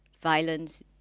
violence